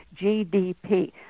GDP